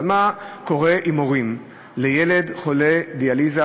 אבל מה קורה עם הורים לילד חולה דיאליזה,